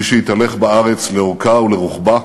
מי שהתהלך בארץ לאורכה ולרוחבה,